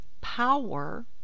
power